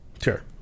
sure